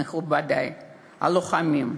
מכובדי הלוחמים,